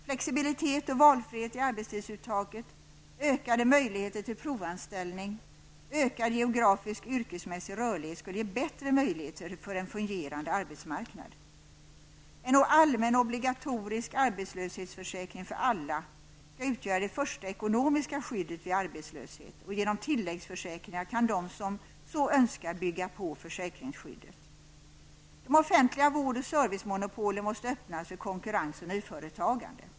Flexibilitet och valfrihet i arbetstidsuttaget, ökade möjligheter till provanställning och ökad geografisk och yrkesmässig rörlighet skulle ge bättre möjligheter för en fungerande arbetsmarknad. En obligatorisk arbetslöshetsförsäkring för alla skall utgöra det första ekonomiska skyddet vid arbetslöshet. Genom tilläggsförsäkringar kan de som så önskar bygga på försäkringsskyddet. De offentliga vård och servicemonopolen måste öppnas för konkurrens och nyföretagande.